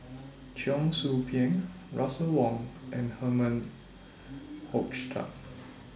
Cheong Soo Pieng Russel Wong and Herman Hochstadt